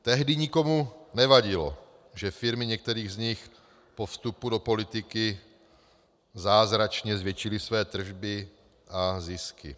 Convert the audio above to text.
Tehdy nikomu nevadilo, že firmy některých z nich po vstupu do politiky zázračně zvětšily své tržby a zisky.